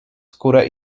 skórę